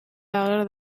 ager